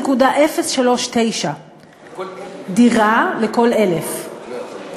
0.039 דירה לכל 1,000. לא.